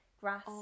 grass